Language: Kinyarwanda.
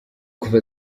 kuva